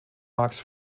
max